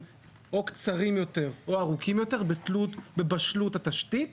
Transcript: קצרים או ארוכים יותר לפי בשלות התשתית.